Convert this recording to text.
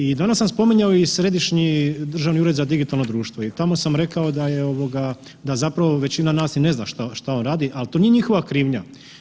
I danas sam spominjao Središnji državni ured za digitalno društvo i tamo sam rekao da većina nas i ne zna šta on radi, ali to nije njihova krivnja.